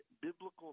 biblical